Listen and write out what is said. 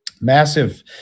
Massive